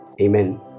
amen